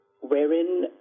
wherein